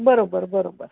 बरोबर बरोबर